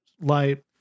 light